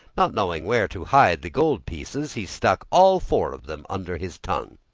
not knowing where to hide the gold pieces, he stuck all four of them under his tongue.